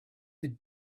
that